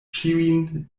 ĉiujn